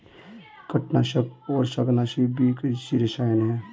कीटनाशक और शाकनाशी भी कृषि रसायन हैं